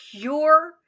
pure